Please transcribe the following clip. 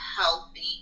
healthy